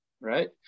Right